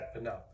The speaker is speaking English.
enough